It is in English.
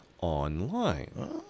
online